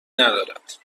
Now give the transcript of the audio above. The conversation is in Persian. ندارد